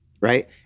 Right